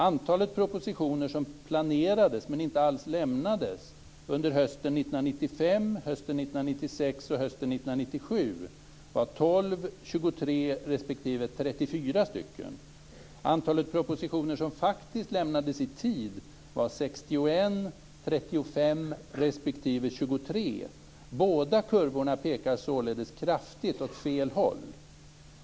Antalet propositioner som planerades men inte alls lämnades under hösten 1995, hösten 1996 och hösten 1997 var 12, 23 respektive 34. Antalet propositioner som faktiskt lämnades i tid var 61, 35 respektive 23. Båda kurvorna pekar således kraftigt åt fel håll.